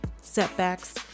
setbacks